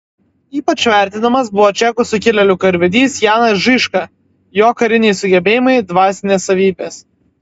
ypač vertinamas buvo čekų sukilėlių karvedys janas žižka jo kariniai sugebėjimai dvasinės savybės